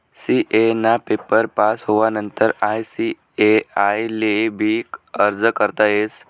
CA A paper pass होवानंतर I C A अर्ज करता येस